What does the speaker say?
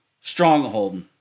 stronghold